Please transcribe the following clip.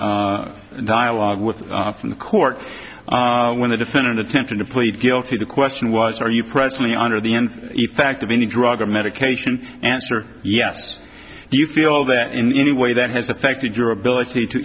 dialogue with from the court when the defendant attempted to plead guilty the question was are you presently under the end effect of any drug or medication answer yes do you feel that in any way that has affected your ability to